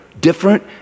different